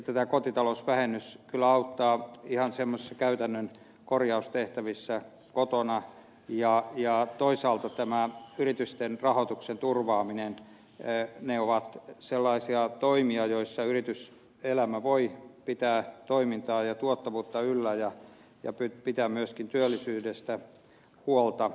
sitten kotitalousvähennys joka kyllä auttaa ihan semmoisissa käytännön korjaustehtävissä kotona ja toisaalta yritysten rahoituksen turvaaminen ovat sellaisia toimia joilla yrityselämä voi pitää toimintaa ja tuottavuutta yllä ja pitää myöskin työllisyydestä huolta